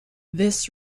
this